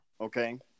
okay